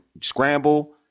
scramble